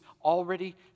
already